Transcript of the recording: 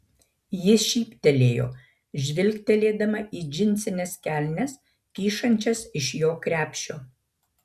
ji šyptelėjo žvilgtelėdama į džinsines kelnes kyšančias iš jo krepšio